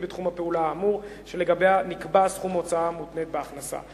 בתחום הפעולה האמור שלגביה נקבע סכום הוצאה מותנית בהכנסה.